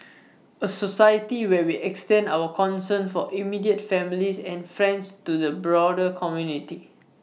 A society where we extend our concern for immediate families and friends to the broader community